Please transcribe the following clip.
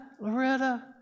Loretta